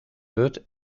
wird